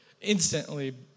instantly